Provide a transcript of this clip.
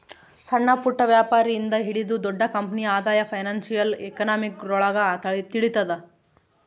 ಸಣ್ಣಪುಟ್ಟ ವ್ಯಾಪಾರಿ ಇಂದ ಹಿಡಿದು ದೊಡ್ಡ ಕಂಪನಿ ಆದಾಯ ಫೈನಾನ್ಶಿಯಲ್ ಎಕನಾಮಿಕ್ರೊಳಗ ತಿಳಿತದ